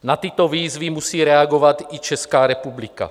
Na tyto výzvy musí reagovat i Česká republika.